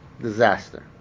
disaster